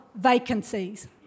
vacancies